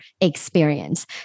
experience